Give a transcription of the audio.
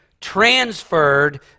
transferred